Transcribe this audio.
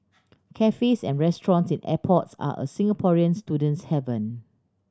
cafes and restaurants in airports are a Singaporean student's haven